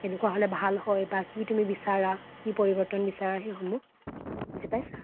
কেনেকুৱা হ'লে ভাল হয় বা কি তুমি বিচাৰা কি পৰিৱৰ্তন বিচাৰা সেইসমূহ বুজি পাইছা